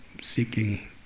seeking